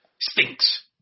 Stinks